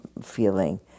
feeling